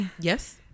Yes